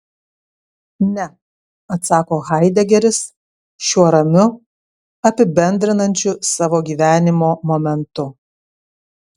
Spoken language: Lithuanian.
ne atsako haidegeris šiuo ramiu apibendrinančiu savo gyvenimo momentu